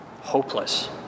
hopeless